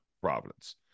providence